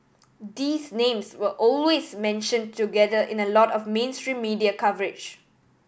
these names were always mentioned together in a lot of mainstream media coverage